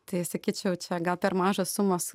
tai sakyčiau čia gal per mažos sumos